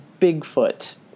bigfoot